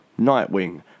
Nightwing